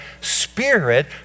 spirit